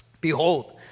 behold